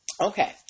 Okay